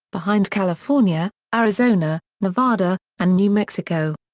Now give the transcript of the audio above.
behind california, arizona, nevada, and new mexico.